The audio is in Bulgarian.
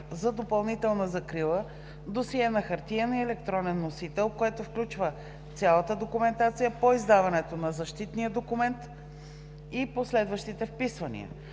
за допълнителна закрила досие на хартиен и електронен носител, което включва цялата документация по издаването на защитния документ и последващите вписвания.